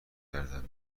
کردم